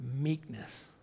meekness